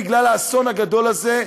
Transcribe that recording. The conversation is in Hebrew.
בגלל האסון הגדול הזה,